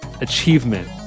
achievement